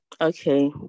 okay